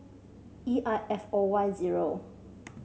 E I F O Y zero